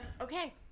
Okay